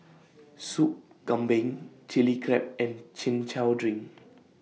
Soup Kambing Chili Crab and Chin Chow Drink